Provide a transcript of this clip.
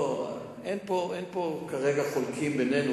לא, אין פה כרגע חולקים בינינו.